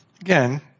Again